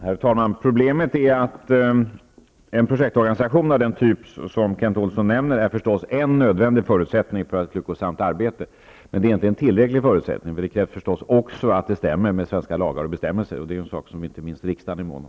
Herr talman! Problemet är att en projektorganisation av den typ som Kent Olsson här nämner förstås är en nödvändig förutsättning för ett lyckosamt arbete, men det är inte tillräckligt. Det krävs också att den stämmer med svenska lagar och bestämmelser. Det är en sak som inte minst riksdagen är mån om.